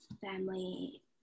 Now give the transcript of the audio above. family